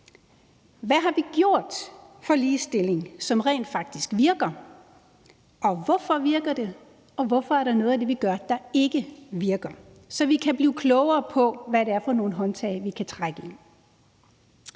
vi har gjort for ligestillingen, som rent faktisk virker, hvorfor det virker, og hvorfor der er noget af det, vi gør, der ikke virker, så vi kan blive klogere på, hvad det er for nogle håndtag, vi kan trække i.